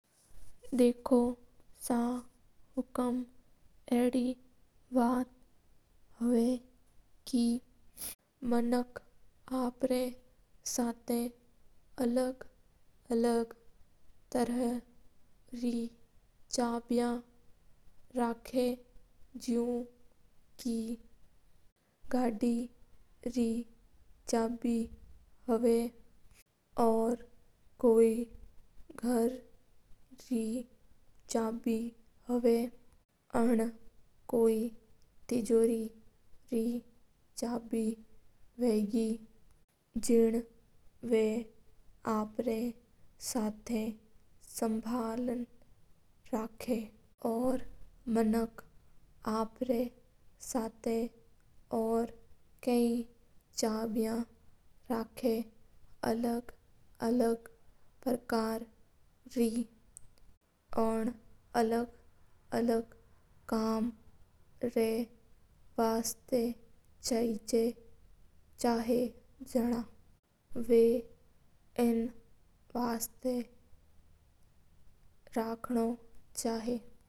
देखो सा हुकूम मना आप रा सता अलग अलग तरीका रे चाब्या रख्या जसा के गाडी रे वगी और घर री वगी तिजोरी रे वगी। और बे मनाक गनी चाब्या शाँबलन रखया करा हा। मनाक और बे गनी चाब्या सता रख्या करा हा और हर अक चाबी अलग अलग काम वास्ता चीज़ा हा।